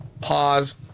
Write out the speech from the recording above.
pause